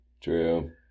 True